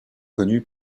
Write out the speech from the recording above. connu